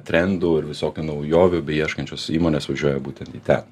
trendų ir visokių naujovių bei ieškančios įmonės važiuoja būtent į ten